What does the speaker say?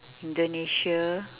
indonesia